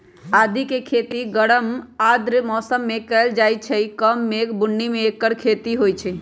आदिके खेती गरम आर्द्र मौसम में कएल जाइ छइ कम मेघ बून्नी में ऐकर खेती होई छै